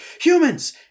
Humans